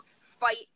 fight